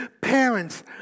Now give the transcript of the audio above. parents